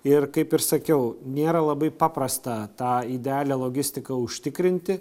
ir kaip ir sakiau nėra labai paprasta tą idealią logistiką užtikrinti